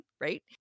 right